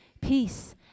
Peace